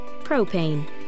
propane